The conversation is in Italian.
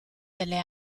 delle